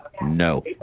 No